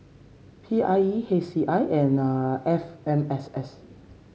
P I E H C I and F M S S